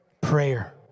prayer